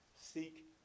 seek